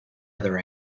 other